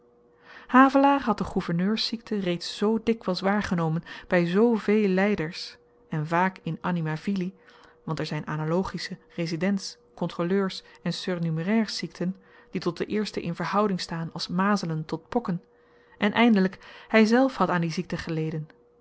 havelaar had de gouverneurs ziekte reeds zoo dikwyls waargenomen by zoo véél lyders en vaak in animâ vili want er zyn analogische residentskontroleurs en surnumerairsziekten die tot de eerste in verhouding staan als mazelen tot pokken en eindelyk hyzelf had aan die ziekte geleden